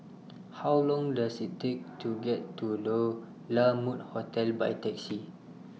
How Long Does IT Take to get to Low La Mode Hotel By Taxi